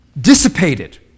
dissipated